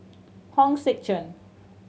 Hong Sek Chern